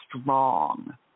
strong